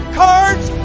cards